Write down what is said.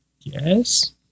Yes